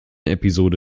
episode